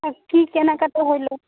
আর কী কেনাকাটা হলো